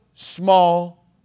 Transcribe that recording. Small